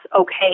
okay